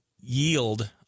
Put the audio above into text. yield